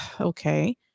okay